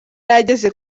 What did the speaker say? ageze